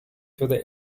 through